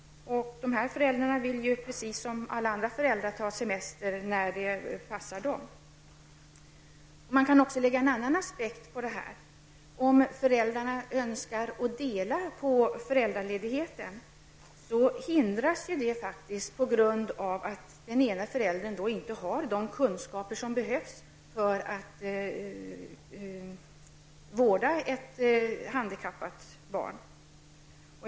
Dessa föräldrar vill precis som alla andra föräldrar ta semester när det passar dem. Man kan också anlägga en annan aspekt på denna fråga. Om föräldrarna önskar dela på föräldraledigheten förhindras detta om den ena föräldern inte har de kunskaper som behövs för att vårda ett handikappat barn.